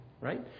right